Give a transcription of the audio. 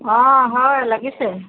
অঁ হয় লাগিছে